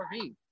RV